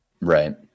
Right